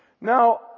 Now